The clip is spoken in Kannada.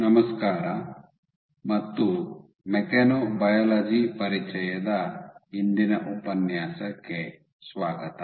ನಮಸ್ಕಾರ ಮತ್ತು ಮೆಕ್ಯಾನೊಬಯಾಲಜಿ ಪರಿಚಯದ ಇಂದಿನ ಉಪನ್ಯಾಸಕ್ಕೆ ಸ್ವಾಗತ